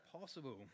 possible